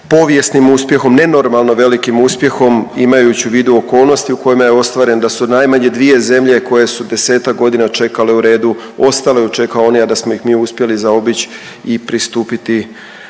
povijesnim uspjehom, nenormalno velikim uspjehom imajući u vidu okolnosti u kojima je ostvaren, da su najmanje dvije zemlje koje su desetak godina čekale u redu ostale u čekaoni, a da smo ih mi uspjeli zaobići i pristupiti